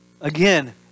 Again